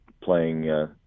playing –